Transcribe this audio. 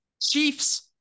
Chiefs